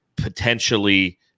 potentially